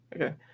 Okay